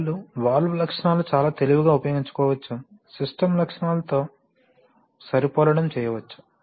కొన్నిసార్లు వాల్వ్ లక్షణాలను చాలా తెలివిగా ఉపయోగించుకోవచ్చు సిస్టమ్ లక్షణాలతో సరిపోలడం చేయవచ్చు